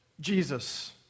Jesus